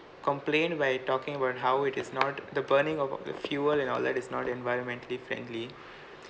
complained by talking about how it is not the burning of the fuel and all that is not environmentally friendly